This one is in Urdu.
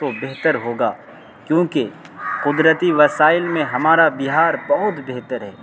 تو بہتر ہوگا کیونکہ قدرتی وسائل میں ہمارا بہار بہت بہتر ہے